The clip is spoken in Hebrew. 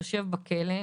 יושב בכלא,